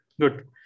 Good